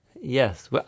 yes